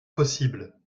possible